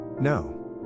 No